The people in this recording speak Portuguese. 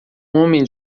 homem